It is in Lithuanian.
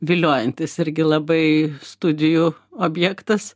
viliojantis irgi labai studijų objektas